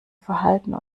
verhalten